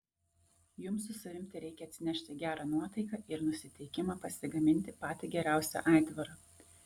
jums su savimi tereikia atsinešti gerą nuotaiką ir nusiteikimą pasigaminti patį geriausią aitvarą